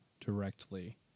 directly